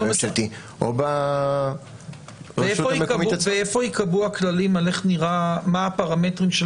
הממשלתי או --- איפה ייקבעו הכללים של הפרמטרים של,